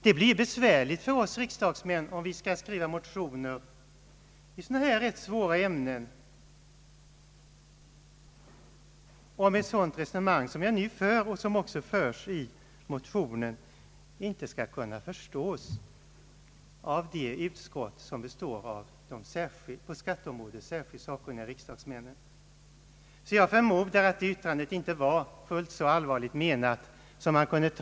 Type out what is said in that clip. Det blir besvärligt för" oss riksdagsmän, om vi skall skriva motioner i sådana här ganska svåra ämnen och ett sådant resonemang, som jag nu : för och som också: förs: i motionen; inte skall' kunna förstås av: det: utskott som består av på ' skatteområdet särskilt sakkunniga riksdagsmän. Jag förmodar därför att herr Tage: Johanssons yttrande inte var så. allvarligt : menat som man skulle kunna.